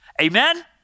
Amen